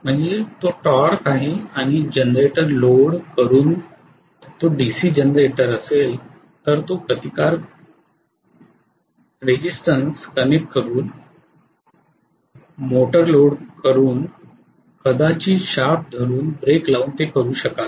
म्हणजे तो टॉर्क आहे आणि जनरेटर लोड करून तो डीसी जनरेटर असेल तर तो प्रतिकार कनेक्ट करून मोटार लोड करून कदाचित शाफ्ट धरून ब्रेक लावून ते करू शकाल